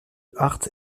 hart